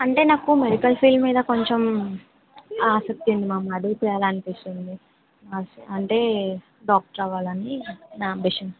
అంటే నాకు medical field మీద కొంచెం ఆసక్తి ఉంది మ్యామ్ అదే చేయాలనిపిస్తుంది అంటే డాక్టర్ అవ్వాలని నా యాంబిషన్